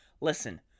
Listen